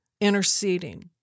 interceding